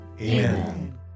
Amen